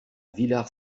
villar